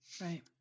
Right